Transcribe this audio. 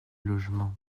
logement